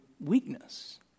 weakness